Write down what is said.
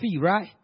right